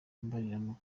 mbarirano